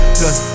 cause